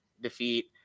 defeat